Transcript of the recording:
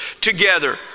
together